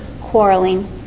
quarreling